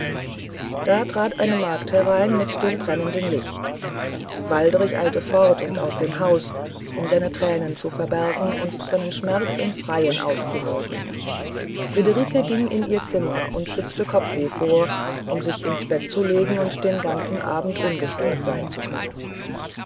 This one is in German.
da trat eine magd herein mit dem brennenden licht waldrich eilte fort und aus dem hause um seine tränen zu verbergen und seinen schmerz im freien auszuhauchen friederike ging in ihr zimmer und schützte kopfweh vor um sich ins bett zu legen und den ganzen abend ungestört sein zu können